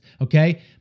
okay